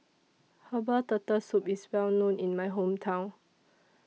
Herbal Turtle Soup IS Well known in My Hometown